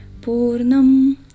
Purnam